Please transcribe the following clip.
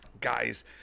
guys